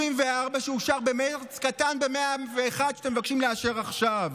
74 שאושרו במרץ קטן מ-101 שאתם מבקשים לאשר עכשיו.